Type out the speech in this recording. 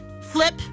Flip